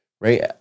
right